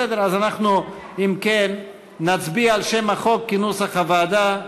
בסדר, אם כן, נצביע על שם החוק כנוסח הוועדה.